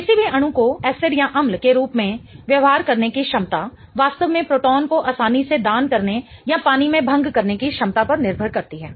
किसी भी अणु को एसिड अम्ल के रूप में व्यवहार करने की क्षमता वास्तव में प्रोटॉन को आसानी से दान करने या पानी में भंग करने की क्षमता पर निर्भर करती है